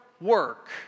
work